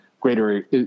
greater